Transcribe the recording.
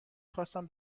خواستم